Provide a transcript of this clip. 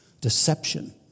Deception